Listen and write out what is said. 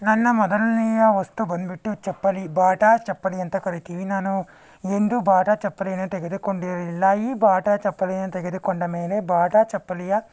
ನನ್ನ ಮೊದಲನೆಯ ವಸ್ತು ಬಂದ್ಬಿಟ್ಟು ಚಪ್ಪಲಿ ಬಾಟಾ ಚಪ್ಪಲಿ ಅಂತ ಕರಿತೀವಿ ನಾನು ಎಂದೂ ಬಾಟಾ ಚಪ್ಪಲಿಯನ್ನು ತೆಗೆದುಕೊಂಡಿರಲಿಲ್ಲ ಈ ಬಾಟಾ ಚಪ್ಪಲಿಯನ್ನು ತೆಗೆದುಕೊಂಡ ಮೇಲೆ ಬಾಟಾ ಚಪ್ಪಲಿಯ